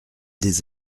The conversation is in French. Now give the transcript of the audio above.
des